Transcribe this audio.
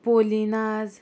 पोलीनाज